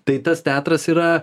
tai tas teatras yra